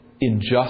injustice